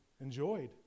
enjoyed